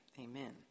Amen